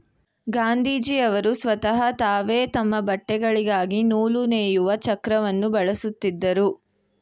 ಗಾಂಧೀಜಿಯವರು ಸ್ವತಹ ತಾವೇ ತಮ್ಮ ಬಟ್ಟೆಗಳಿಗಾಗಿ ನೂಲು ನೇಯುವ ಚಕ್ರವನ್ನು ಬಳಸುತ್ತಿದ್ದರು